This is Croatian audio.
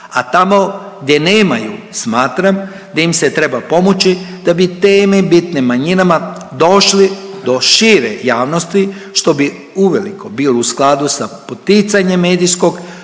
a tamo gdje nemaju smatram da im se treba pomoći da bi teme bitne manjinama došli do šire javnosti što bi uveliko bilo u skladu sa poticanjem medijskog